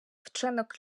вчинок